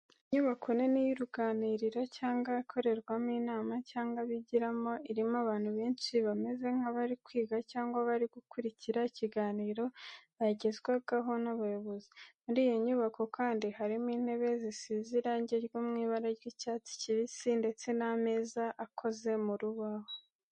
Inyubako nini y'uruganiriro cyangwa ikorerwamo inama cyangwa bigiramo, irimo abantu benshi bameze nk'abari kwiga cyangwa bari gukurikira ikiganiro bagezwagaho n'abayobozi. Muri iyo nyubako kandi, harimo intebe zisize irangi ryo mu ibara ry'icyatsi kibisi, ndetse n'ameza akoze mu rubaho.